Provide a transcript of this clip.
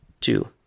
Two